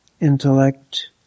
intellect